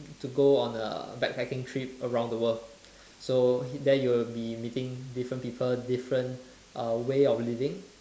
to go on a back packing trip around the world so there you will be meeting different people different way of living